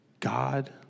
God